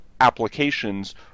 applications